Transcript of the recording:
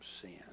sin